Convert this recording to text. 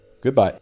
Goodbye